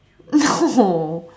no